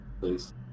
Please